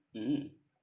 mmhmm